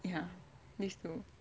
ya phase two